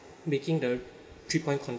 making the three point